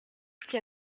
qui